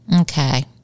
Okay